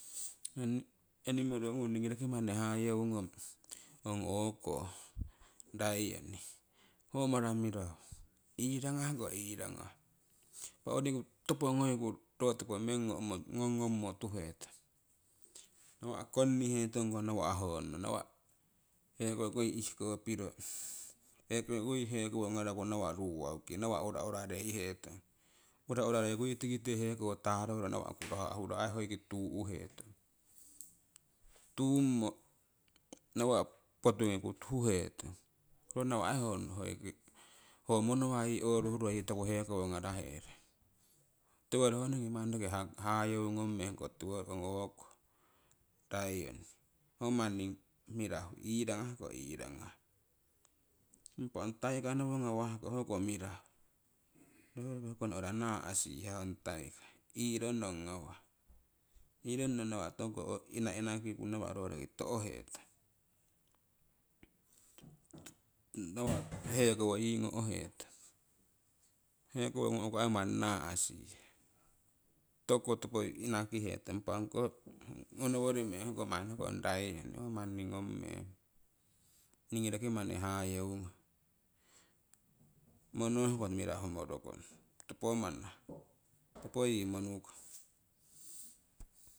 Ong enimoro ngung ningii roki manni hayeungong ong o'ko lioni, ho mara mirahu iirangah ko iirangah, ho riku topo ngoiku ro topo meng gnongngong mo tuhetong, nawa' konihetong nawa' honno nawa' heko ko ihko piro hekowoyii ngaraku ruwauki, nawa' uraurareihetong uraurareiku tikite hekokite taroro nawa' roki yii tii tuu'hetong tummo nawa' potungiku huhetong ho nawa'ko ho monowaro toku hekowo ngaraherong tiwongori ho roki manni hayeungong meng. Ho o'ko lioni ho manni mirahu iirangahko iirangah. Impah ong tiger nowo ngawah hoko mirahu roruki ho no'ra naa'sihah ong tiger ironong ngawah ironno to'kung, inainakiku nawa' ro roki to'hetong nawa' hekowoyii ngo'hetong heko ngo'ku aii manni naa'sihah tokuko topo inakihetong. Impa ongkoh ngonowori meng hoko manni ho ong lioni ho manni ngong meng hayeungong monooh ko mirahumorokong topo manah topoyii monukong